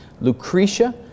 Lucretia